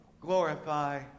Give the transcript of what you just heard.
glorify